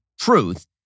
truth